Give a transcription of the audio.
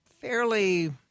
fairly